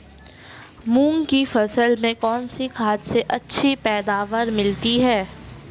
मूंग की फसल में कौनसी खाद से अच्छी पैदावार मिलती है?